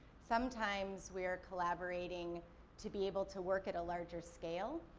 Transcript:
sometimes, we're collaborating to be able to work at a larger scale.